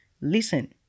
Listen